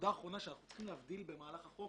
צריכים להבדיל בחוק